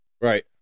Right